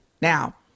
Now